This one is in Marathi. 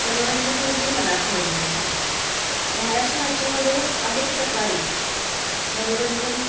मनोरंजन म्हणजे मनाचे रंजन महाराष्ट्र राज्यामध्ये अनेक प्रकारे मनोरंजन